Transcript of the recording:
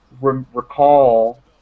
recall